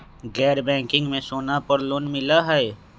गैर बैंकिंग में सोना पर लोन मिलहई?